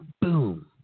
Boom